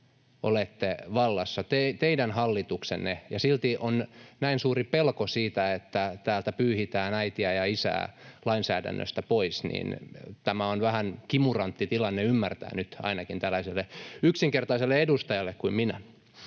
olette vallassa, teidän hallituksenne, kun silti on näin suuri pelko siitä, että täältä pyyhitään ”äitiä” ja ”isää” lainsäädännöstä pois. Tämä on vähän kimurantti tilanne ymmärtää nyt ainakin tällaiselle yksinkertaiselle edustajalle kuin minä.